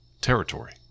territory